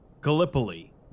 Gallipoli